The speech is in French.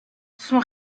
sont